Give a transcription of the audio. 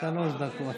שלוש דקות.